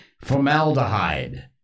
Formaldehyde